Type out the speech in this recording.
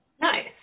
Nice